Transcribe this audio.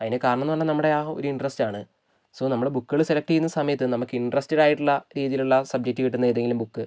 അതിന് കാരണം എന്നു പറഞ്ഞാൽ നമ്മുടെ ആ ഒരു ഇൻറ്ററസ്റ്റാണ് സൊ നമ്മൾ ബുക്കുകൾ സെലെക്റ്റ് ചെയ്യുന്ന സമയത്ത് നമുക്ക് ഇൻറ്ററസ്റ്റഡ് ആയിട്ടുള്ള രീതിയിലുള്ള സബ്ജക്റ്റ് കിട്ടുന്ന ഏതെങ്കിലും ബുക്ക്